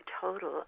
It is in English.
total